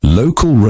local